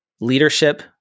leadership